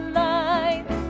light